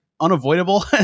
unavoidable